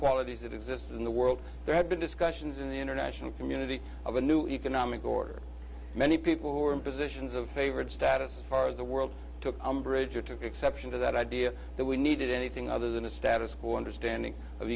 inequalities that exist in the world there had been discussions in the international community of a new economic order many people who are in positions of favored status as far as the world took umbrage or took exception to that idea that we needed anything other than a status quo understanding of